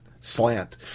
Slant